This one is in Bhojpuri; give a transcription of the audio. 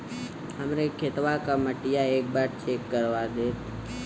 हमरे खेतवा क मटीया एक बार चेक करवा देत?